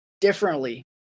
differently